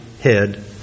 head